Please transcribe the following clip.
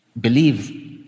believe